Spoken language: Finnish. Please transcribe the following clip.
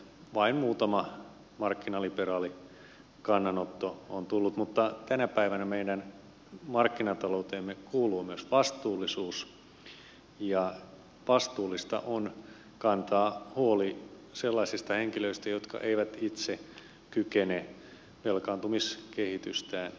vain muutama markkinaliberaali kannanotto on tullut mutta tänä päivänä meidän markkinatalouteemme kuuluu myös vastuullisuus ja vastuullista on kantaa huoli sellaisista henkilöistä jotka eivät itse kykene velkaantumiskehitystään hillitsemään